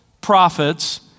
prophets